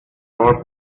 more